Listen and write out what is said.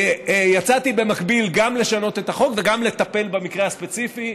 יצאתי במקביל גם לשנות את החוק וגם לטפל במקרה הספציפי,